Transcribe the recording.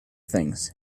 things